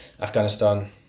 Afghanistan